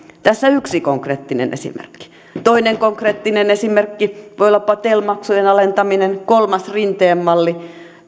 tässä yksi konkreettinen esimerkki toinen konkreettinen esimerkki voi olla tel maksujen alentaminen kolmas rinteen malli